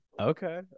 Okay